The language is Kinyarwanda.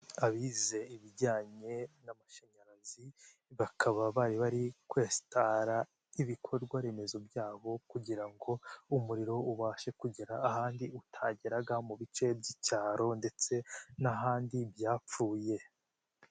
Abize ibijyanye n'amashanyarazi bakaba bari bari kwesitara ibikorwa remezo byabo, kugira ngo umuriro ubashe kugera ahandi utageraga mu bice by'icyaro ndetse n'ahandi byapfuye.